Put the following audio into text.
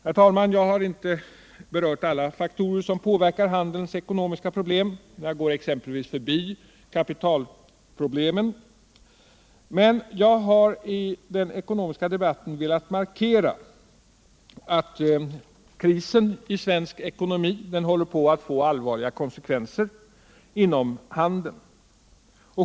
Herr talman! Jag har inte berört alla faktorer som påverkar handelns ekonomiska problem — jag går exempelvis förbi kapitalproblemen — men jag har i den ekonomiska debatten velat markera att krisen i svensk ekonomi håller på att få allvarliga konsekvenser inom handeln.